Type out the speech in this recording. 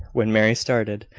when mary started,